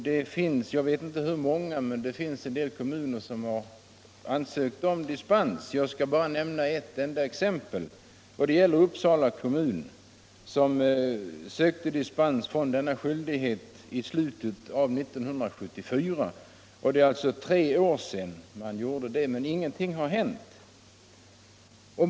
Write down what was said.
Det finns en del kommuner — jag vet inte hur många de är — som har ansökt om dispens. Jag skall bara nämna ett enda exempel. Uppsala kommun sökte dispens från denna skyldighet i början av 1974 — alltså för snart tre år sedan — men ingenting har hänt.